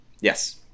Yes